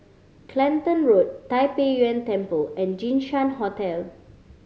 Clacton Road Tai Pei Yuen Temple and Jinshan Hotel